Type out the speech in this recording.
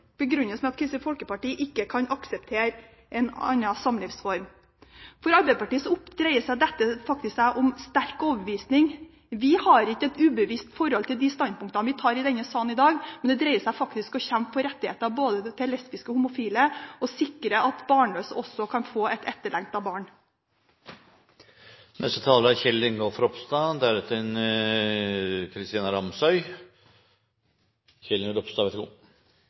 begrunnes med at Kristelig Folkeparti ikke kan akseptere en annen samlivsform. For Arbeiderpartiet dreier dette seg faktisk om en sterk overbevisning. Vi har ikke et ubevisst forhold til de standpunktene vi tar i denne salen i dag. Det dreier seg faktisk om å kjempe for rettigheter til både lesbiske og homofile og sikre at barnløse også kan få et etterlengtet barn. Selv om biologi og slektskap betyr svært mye for veldig mange, er